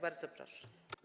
Bardzo proszę.